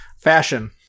fashion